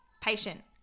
patient